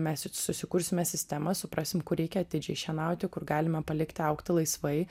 mes susikursime sistemą suprasim kur reikia atidžiai šienauti kur galima palikti augti laisvai